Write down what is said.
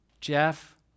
Jeff